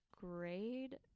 grade